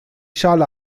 schale